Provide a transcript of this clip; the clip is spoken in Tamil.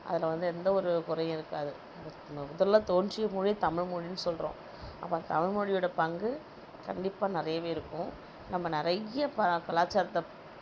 அதில் வந்து எந்தவொரு குறையும் இருக்காது முதலில் தோன்றிய மொழி தமிழ்மொழினு சொல்கிறோம் அப்போ தமிழ் மொழியோடய பங்கு கண்டிப்பாக நிறையவே இருக்கும் நம்ப நிறைய இப்போ கலாச்சாரத்தை